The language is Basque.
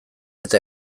eta